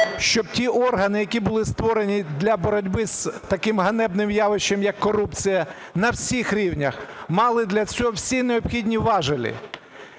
щоб ті органи, які були створені для боротьби з таким ганебним явищем, як корупція, на всіх рівнях мали для цього всі необхідні важелі.